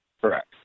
Correct